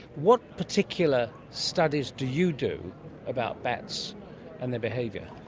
what particular studies do you do about bats and their behaviour?